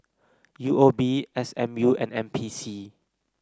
U O B S M U and N P C